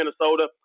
Minnesota